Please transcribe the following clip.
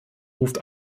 ruft